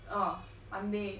orh monday